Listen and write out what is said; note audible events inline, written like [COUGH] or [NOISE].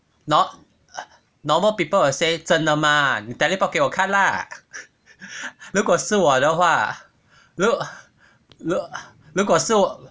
nor~ normal people will say 真的吗你 teleport 给我看啦 [LAUGHS] 如果是我的话如如如果是我